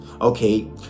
okay